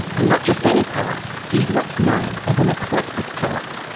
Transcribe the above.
and not just any parrot, he's what's known as an eclectus parrot.